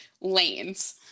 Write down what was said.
lanes